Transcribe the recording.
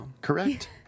correct